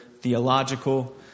theological